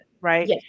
right